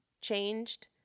changed